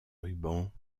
rubans